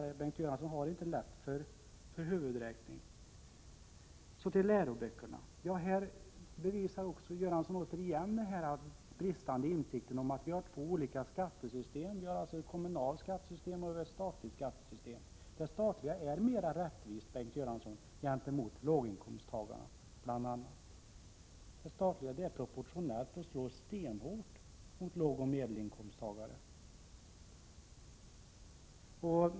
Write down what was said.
Bengt Göransson har inte lätt för huvudräkning. Så till läroböckerna. Här visar Bengt Göransson återigen sin bristande insikt om att vi har två olika skattesystem, ett kommunalt och ett statligt. Det statliga skattesystemet är mer rättvist gentemot bl.a. låginkomsttagarna. Det kommunala är proportionellt och slår stenhårt mot lågoch medelinkomsttagare.